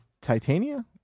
Titania